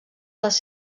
les